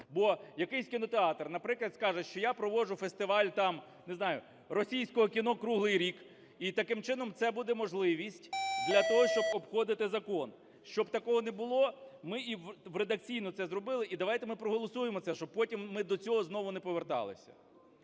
Бо якийсь кінотеатр, наприклад, скаже, що я проводжу фестиваль, там, не знаю, російського кіно круглий рік, і таким чином це буде можливість для того, щоб обходити закон. Щоб такого не було, ми і редакційно це зробили. І давайте ми проголосуємо це, щоб потім ми до цього знову не поверталися.